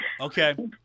Okay